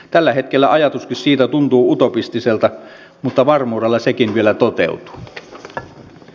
tällä hetkellä ajatuskin siitä tuntuu utopistiselta mutta varmuudella sekin vielä toteutuu